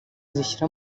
zishyira